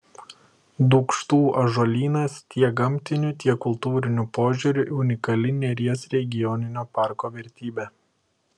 dūkštų ąžuolynas tiek gamtiniu tiek kultūriniu požiūriu unikali neries regioninio parko vertybė